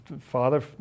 father